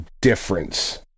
difference